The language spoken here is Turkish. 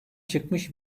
çıkmış